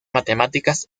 matemáticas